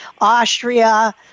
Austria